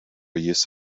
use